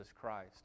Christ